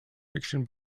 fiction